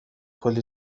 کلّی